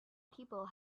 people